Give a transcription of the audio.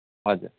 हजुर